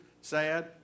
sad